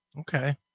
Okay